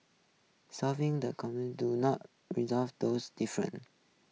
solving the common do not result those differences